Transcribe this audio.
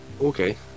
Okay